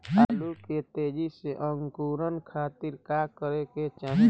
आलू के तेजी से अंकूरण खातीर का करे के चाही?